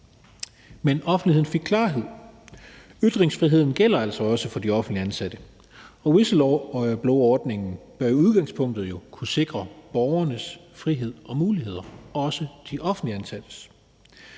Men offentligheden fik klarhed. Ytringsfriheden gælder altså også for de offentligt ansatte, og whistleblowerordningen bør jo i udgangspunktet kunne sikre borgernes frihed og muligheder, også de offentligt ansattes.